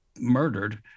Murdered